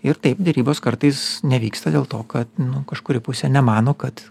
ir taip derybos kartais nevyksta dėl to kad nu kažkuri pusė nemano kad